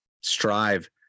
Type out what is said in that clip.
strive